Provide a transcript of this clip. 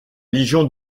légion